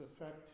affect